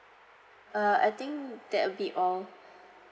uh I think that would be all